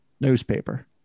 newspaper